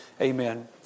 Amen